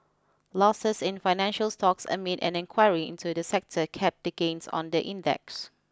losses in financial stocks amid an inquiry into the sector capped the gains on the index